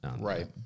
Right